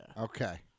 Okay